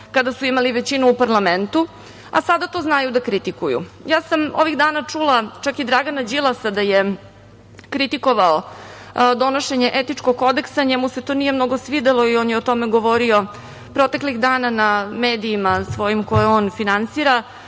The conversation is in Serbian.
kada su imali većinu u parlamentu, a sada to znaju da kritikuju. Ovih dana ja sam čula čak i Dragana Đilasa da je kritikovao donošenje etičkog kodeksa. Njemu se to nije mnogo svidelo i on je o tome govorio proteklih dana na svojim medijima, koje on finansira,